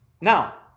Now